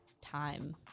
time